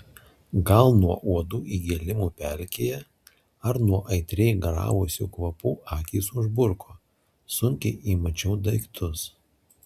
gal nuo uodų įgėlimų pelkėje ar nuo aitriai garavusių kvapų akys užburko sunkiai įmačiau daiktus